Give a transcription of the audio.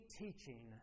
teaching